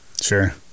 Sure